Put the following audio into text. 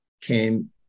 came